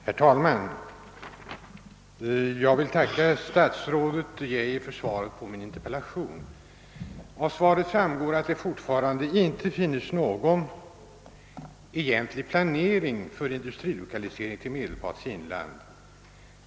Herr talman! Jag vill tacka statsrådet Geijer för svaret på min interpellation. Av svaret framgår att det fortfarande inte finns någon egentlig planering för industrilokalisering till Medelpads inland.